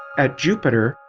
at jupiter,